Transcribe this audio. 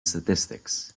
statistics